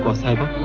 ah sahiba